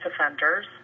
offenders